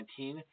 2019